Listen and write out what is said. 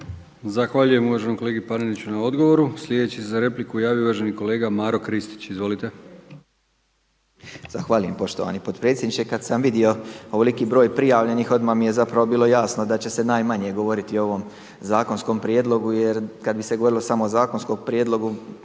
Zahvaljujem uvaženom kolegi Paneniću na odgovoru. Sljedeći se za repliku javio uvaženi kolega Maro Kristić. **Kristić, Maro (MOST)** Zahvaljujem poštovani potpredsjedniče. Kada sam vidio ovoliki broj prijavljenih odmah mi je zapravo bilo jasno da će se najmanje govoriti o ovom zakonskom prijedlogu jer kada bi se govorilo samo o zakonskom prijedlogu